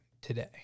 today